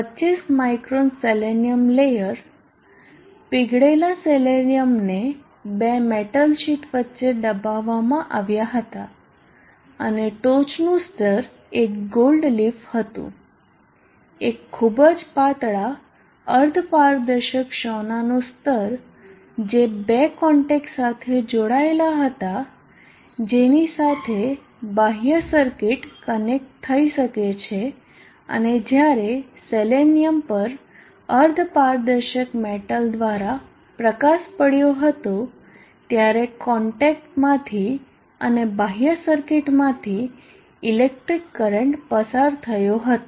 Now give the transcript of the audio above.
25 micron selenium layer પીગળેલા સેલેનિયમને બે મેટલ શીટ વચ્ચે દબાવવામાં આવ્યા હતા અને ટોચનું સ્તર એક ગોલ્ડ લીફ હતું એક ખૂબ જ પાતળા અર્ધ પારદર્શક સોનાનું સ્તર જે બે કોન્ટેક્ટ્સ સાથે જોડાયેલા હતા જેની સાથે બાહ્ય સર્કિટ કનેક્ટ થઈ શકે છે અને જ્યારે સેલેનિયમ પર અર્ધ પારદર્શક મેટલ દ્વારા પ્રકાશ પડ્યો હતો ત્યારે કોન્ટેક્ટ માંથી અને બાહ્ય સર્કિટ માંથી ઇલેક્ટ્રીક કરંટ પસાર થયો હતો